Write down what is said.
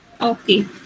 okay